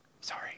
Sorry